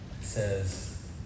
says